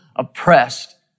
oppressed